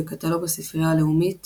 בקטלוג הספרייה הלאומית